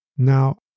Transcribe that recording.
Now